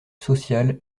sociale